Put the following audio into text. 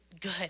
good